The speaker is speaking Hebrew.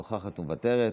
נוכחת ומוותרת,